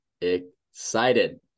excited